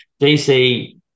DC